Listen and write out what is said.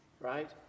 right